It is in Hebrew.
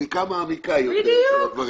הרי היא קיבלה עכשיו חשבונית של 7,000,